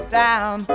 down